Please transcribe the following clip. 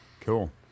Cool